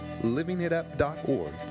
LivingItUp.org